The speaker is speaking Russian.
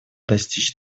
достичь